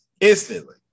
instantly